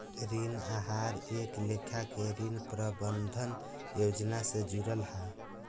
ऋण आहार एक लेखा के ऋण प्रबंधन योजना से जुड़ल हा